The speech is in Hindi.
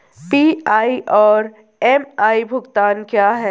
पी.आई और एम.आई भुगतान क्या हैं?